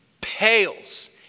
pales